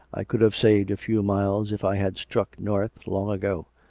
i could have saved a few miles if i had struck north long ago.